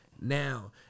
now